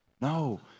no